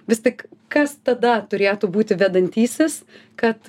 vis tik kas tada turėtų būti vedantysis kad